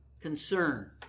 concern